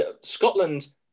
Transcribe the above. Scotland